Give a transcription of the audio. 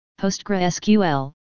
PostgreSQL